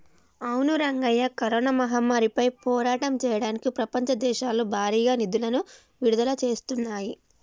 అవును రంగయ్య కరోనా మహమ్మారిపై పోరాటం చేయడానికి ప్రపంచ దేశాలు భారీగా నిధులను విడుదల చేస్తున్నాయి